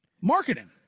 Marketing